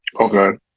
Okay